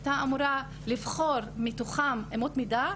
היא הייתה אמורה לבחור מתוכן אמות מידה,